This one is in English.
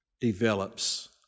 develops